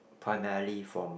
primarily from